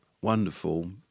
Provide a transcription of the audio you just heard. wonderful